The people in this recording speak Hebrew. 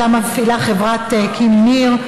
שאותה מפעילה חברת כים-ניר,